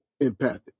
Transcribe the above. empathic